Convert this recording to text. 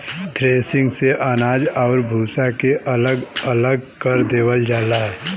threshing से अनाज आउर भूसा के अलग अलग कर देवल जाला